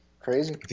Crazy